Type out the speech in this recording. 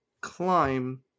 climb